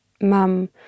Mum